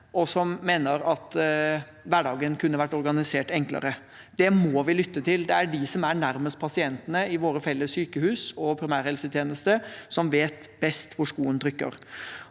og som mener at hverdagen kunne vært organisert enklere. Det må vi lytte til. Det er de som er nærmest pasientene i våre felles sykehus og vår primærhelsetjeneste, som vet best hvor skoen trykker.